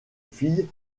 fille